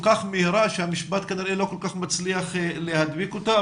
כך מהירה שהמשפט כנראה לא כל כך מצליח להדביק אותה,